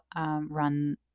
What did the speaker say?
run